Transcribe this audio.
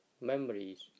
memories